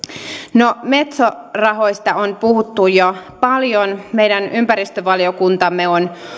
no metso rahoista on puhuttu jo paljon myöskin meidän ympäristövaliokuntamme on